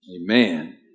amen